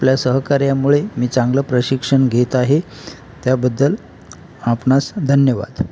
आपल्या सहकार्यामुळे मी चांगलं प्रशिक्षण घेत आहे त्याबद्दल आपणास धन्यवाद